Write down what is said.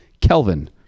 Kelvin